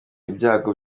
ibyago